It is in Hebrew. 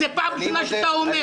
זו פעם ראשונה שאתה אומר.